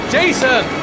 Jason